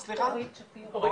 בבקשה, אורית שפירו.